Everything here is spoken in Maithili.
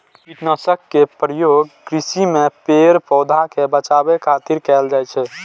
कीटनाशक के प्रयोग कृषि मे पेड़, पौधा कें बचाबै खातिर कैल जाइ छै